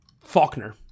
Faulkner